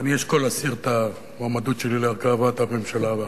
אני אשקול להסיר את המועמדות שלי להרכבת הממשלה הבאה.